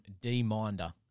D-Minder